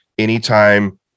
anytime